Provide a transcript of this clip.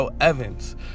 Evans